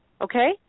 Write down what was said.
okay